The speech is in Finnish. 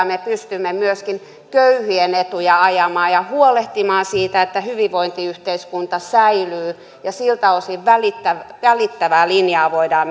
me pystymme myöskin köyhien etuja ajamaan ja huolehtimaan siitä että hyvinvointiyhteiskunta säilyy ja siltä osin välittävää välittävää linjaa voidaan